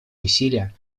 усилия